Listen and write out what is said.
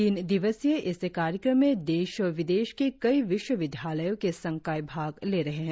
तीन दिवसीय इस कार्यक्रम में देश और विदेश के कई विश्व विद्यालयों के संकाय भाग ले रहे है